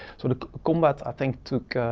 so the combat, i think, took